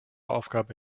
aufgabe